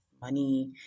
Money